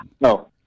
No